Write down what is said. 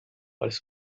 als